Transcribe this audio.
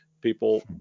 people